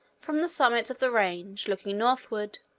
from the summits of the range, looking northward,